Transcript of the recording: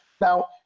Now